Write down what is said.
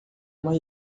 uma